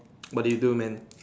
what did you do man